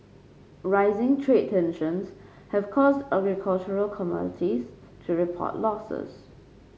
rising trade tensions have caused agricultural commodities to report losses